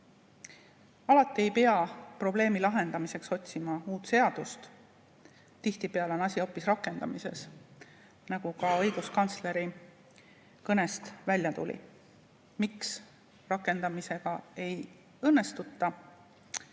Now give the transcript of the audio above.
Alati ei pea probleemi lahendamiseks otsima uut seadust. Tihtipeale on asi hoopis rakendamises, nagu ka õiguskantsleri kõnest välja tuli. Miks rakendamisega ei õnnestuta?